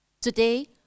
Today